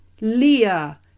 Leah